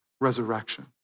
resurrection